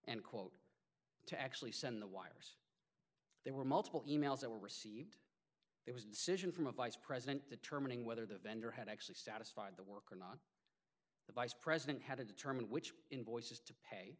and quote to actually send the wires there were multiple e mails that were received it was decision from a vice president determining whether the vendor had actually satisfied the work or the vice president had to determine which invoices to pay